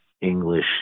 English